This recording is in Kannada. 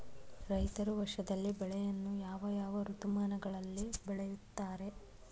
ರೈತರು ವರ್ಷದಲ್ಲಿ ಬೆಳೆಯನ್ನು ಯಾವ ಯಾವ ಋತುಮಾನಗಳಲ್ಲಿ ಬೆಳೆಯುತ್ತಾರೆ?